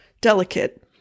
delicate